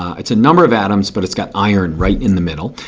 it's a number of atoms. but it's got iron right in the middle.